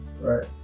right